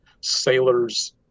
sailors